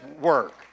work